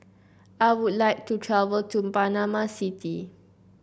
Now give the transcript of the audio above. I would like to travel to Panama City